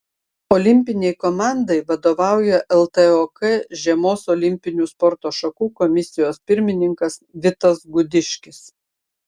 olimpinei komandai vadovauja ltok žiemos olimpinių sporto šakų komisijos pirmininkas vitas gudiškis